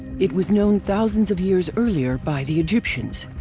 it was known thousands of years earlier by the egyptians!